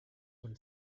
when